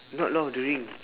not lord of the ring